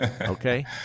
Okay